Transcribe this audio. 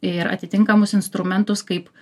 ir atitinkamus instrumentus kaip